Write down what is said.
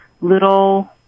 little